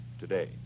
today